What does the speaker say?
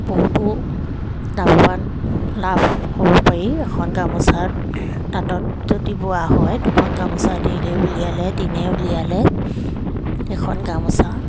বহুতো লাভৱান লাভ হ'ব পাৰি এখন গামোচা তাঁতত যদি বোৱা হয় দুখন গামোচা দিলেই উলিয়ালে দিনে উলিয়ালে এখন গামোচা